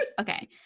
Okay